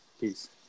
Peace